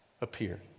appear